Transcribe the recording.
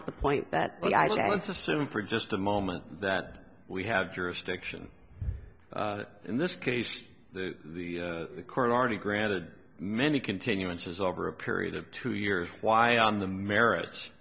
at the point that it's assumed for just a moment that we have jurisdiction in this case the court already granted many continuances over a period of two years why on the marriage